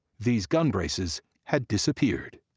these gun braces had disappeared.